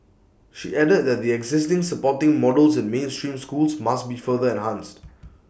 she added that the existing supporting models in mainstream schools must be further enhanced